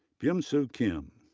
bheumsoo kim,